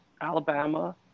Alabama